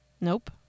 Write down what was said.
Nope